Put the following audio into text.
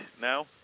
Now